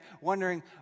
wondering